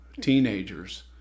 teenagers